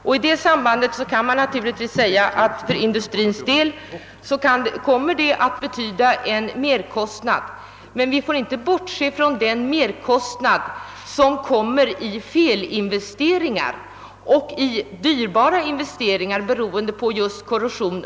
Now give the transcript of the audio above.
För industrin blir det i så fall fråga om en merkostnad, men vi får i sammanhanget inte bortse från den merkostnad som uppkommer genom dyrbara investeringar som får lov att göras på grund av bl.a. korrosion.